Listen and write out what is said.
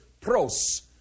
pros